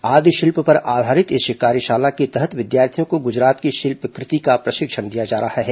आदि शिल्प पर आधारित इस कार्यशाला के तहत विद्यार्थियों को गुजरात की शिल्पकृति का प्रशिक्षण दिया जा रहा है